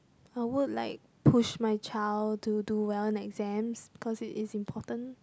I would like push my child to do well in exams because it is important